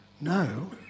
no